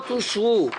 הפניות אושרו.